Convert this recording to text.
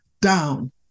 down